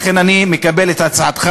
ולכן אני מקבל את הצעתך.